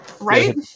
Right